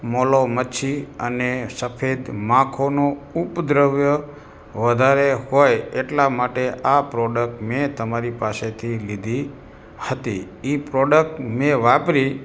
મોલો મચ્છી અને સફેદ માખોનું ઉપદ્રવ વધારે હોય એટલા માટે આ પ્રોડક્ટ મેં તમારી પાસેથી લીધી હતી એ પ્રોડક્ટ મેં વાપરી